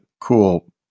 cool